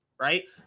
right